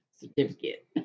certificate